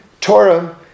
Torah